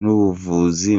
n’ubuvuzi